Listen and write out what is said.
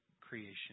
creation